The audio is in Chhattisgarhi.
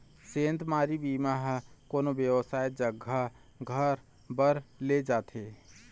सेधमारी बीमा ह कोनो बेवसाय जघा घर बर ले जाथे